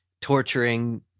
torturing